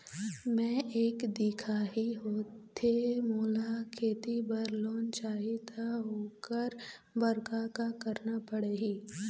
मैं एक दिखाही होथे मोला खेती बर लोन चाही त ओकर बर का का करना पड़ही?